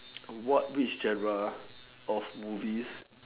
what which genre of movies